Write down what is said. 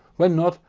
when not,